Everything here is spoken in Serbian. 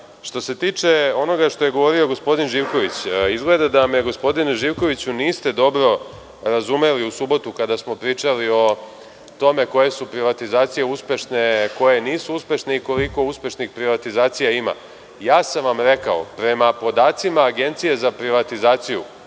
se tiče onoga što je govorio gospodin Živković, izgleda da me, gospodine Živkoviću, niste dobro razumeli u subotu, kada smo pričali o tome koje su privatizacije uspešne, koje nisu uspešne i koliko uspešnih privatizacija ima. Rekao sam vam, prema podacima Agencije za privatizaciju,